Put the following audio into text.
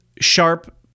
sharp